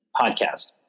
podcast